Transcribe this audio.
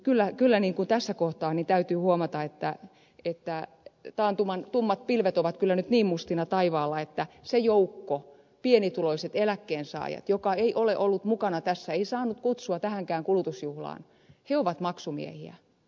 eli kyllä tässä kohtaa täytyy huomata että taantuman tummat pilvet ovat nyt niin mustina taivaalla että se joukko pienituloiset eläkkeensaajat joka ei ole ollut mukana tässä ei saanut kutsua tähänkään kulutusjuhlaan he ovat maksumiehiä